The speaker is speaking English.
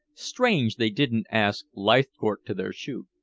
strange they didn't ask leithcourt to their shoot.